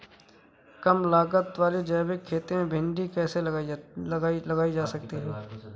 कम लागत वाली जैविक खेती में भिंडी कैसे लगाई जा सकती है?